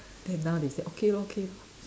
then now they say okay okay